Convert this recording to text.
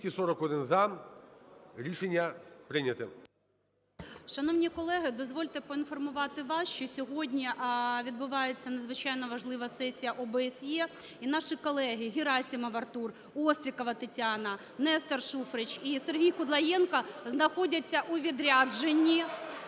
Шановні колеги, дозвольте поінформувати вас, що сьогодні відбувається надзвичайно важлива сесія ОБСЄ. І наші колеги: Герасимов Артур, Острікова Тетяна, Нестор Шуфрич і Сергій Кудлаєнко знаходяться у відрядженні…